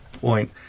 point